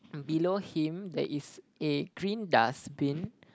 below him there is a green dustbin